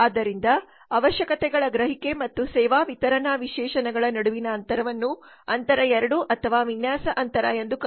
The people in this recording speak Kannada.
ಆದ್ದರಿಂದ ಅವಶ್ಯಕತೆಗಳ ಗ್ರಹಿಕೆ ಮತ್ತು ಸೇವಾ ವಿತರಣಾ ವಿಶೇಷಣಗಳ ನಡುವಿನ ಅಂತರವನ್ನು ಅಂತರ 2 ಅಥವಾ ವಿನ್ಯಾಸ ಅಂತರ ಎಂದು ಕರೆಯಲಾಗುತ್ತದೆ